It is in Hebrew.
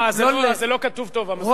אה, אז זה לא כתוב טוב, המזכירה.